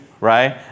right